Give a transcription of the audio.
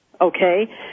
okay